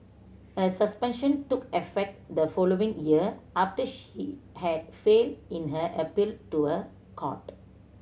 her suspension took effect the following year after she had failed in her appeal to a court